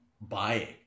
buying